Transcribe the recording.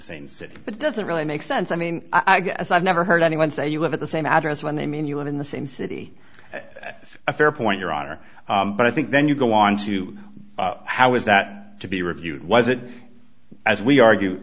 same city but does it really make sense i mean i guess i've never heard anyone say you live at the same address when they mean you live in the same city at a fair point your honor but i think then you go on to how is that to be reviewed was it as we argue